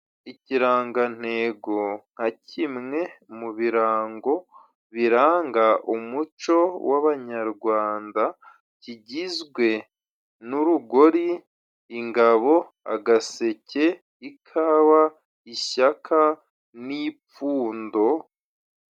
Ikirangantego nka kimwe mu birango biranga umuco w'abanyarwanda kigizwe n'urugori, ingabo, agaseke, ikawa, ishyaka n'ipfundo.